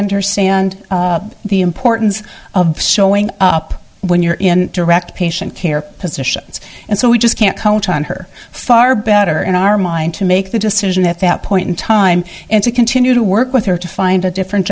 understand the importance of showing up when you're in direct patient care physicians and so we just can't count on her far better in our mind to make the decision at that point in time and to continue to work with her to find a different